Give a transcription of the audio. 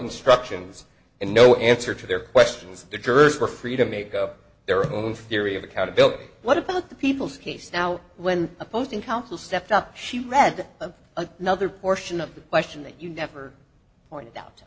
instructions and no answer to their questions deters were free to make up their own theory of accountability what about the people's case now when opposing counsel stepped up she read another portion of the question that you never pointed out